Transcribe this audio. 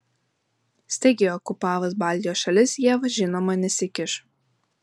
staigiai okupavus baltijos šalis jav žinoma nesikiš